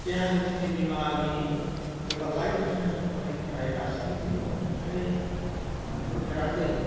देहा जोथोननि बीमानि एबा लाइफ इनसुरेन्सनि कम्पानिनिफ्राय दासिम आनसुंथाइ मोनबोफेराखै